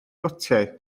gotiau